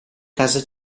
casa